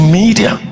media